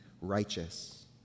righteous